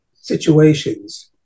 situations